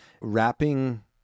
wrapping